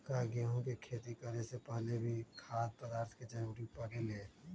का गेहूं के खेती करे से पहले भी खाद्य पदार्थ के जरूरी परे ले?